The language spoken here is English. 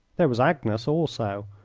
there was agnes also.